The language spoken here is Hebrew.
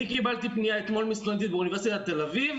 אתמול קיבלתי פנייה מסטודנטית באוניברסיטת תל אביב